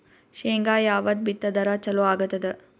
ಶೇಂಗಾ ಯಾವದ್ ಬಿತ್ತಿದರ ಚಲೋ ಆಗತದ?